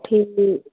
ਠੀਕ